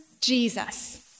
Jesus